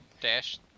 dash